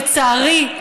לצערי,